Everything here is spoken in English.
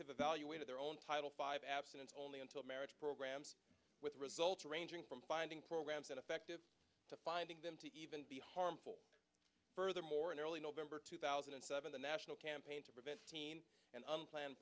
evaluated their own title five abstinence only until marriage programs with results ranging from finding programs ineffective to finding them to even be harmful furthermore in early november two thousand and seven the national campaign to prevent teen and unplanned